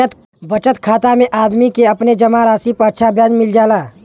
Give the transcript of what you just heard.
बचत खाता में आदमी के अपने जमा राशि पर अच्छा ब्याज मिल जाला